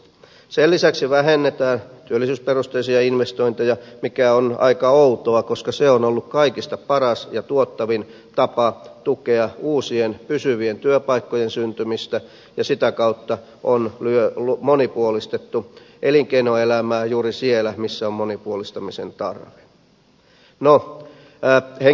sen lisäksi vähennetään työllisyysperusteisia investointeja mikä on aika outoa koska se on ollut kaikista paras ja tuottavin tapa tukea uusien pysyvien työpaikkojen syntymistä ja sitä kautta on monipuolistettu elinkeinoelämää juuri siellä missä on monipuolistamisen tarve